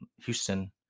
Houston